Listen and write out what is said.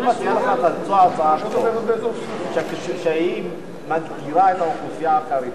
אני מציע לך להציע הצעת חוק שמגדירה את האוכלוסייה החרדית.